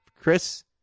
Chris